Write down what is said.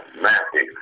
Matthew